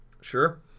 Sure